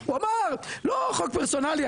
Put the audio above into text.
הוא אמר לא חוק פרסונלי,